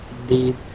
indeed